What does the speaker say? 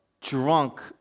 drunk